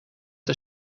hij